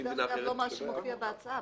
זה לא מה שמופיע בהצעה.